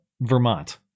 vermont